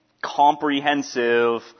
comprehensive